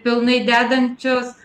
pilnai dedančios